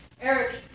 Eric